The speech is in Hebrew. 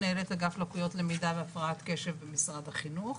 מנהלת אגף לקויות למידה והפרעת קשב במשרד החינוך.